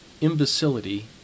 imbecility